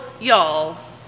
y'all